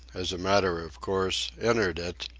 as a matter of course, entered it,